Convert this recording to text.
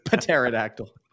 pterodactyl